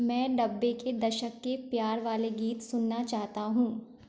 मैं नब्बे के दशक के प्यार वाले गीत सुनना चाहता हूँ